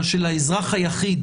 אבל של האזרח היחיד